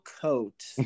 coat